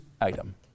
item